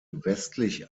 westlich